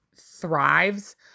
thrives